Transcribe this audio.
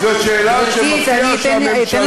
זו שאלה שמפתיע שהממשלה,